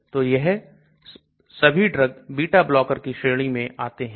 तो यह सभी ड्रग beta blocker की श्रेणी में आती है